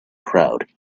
crowd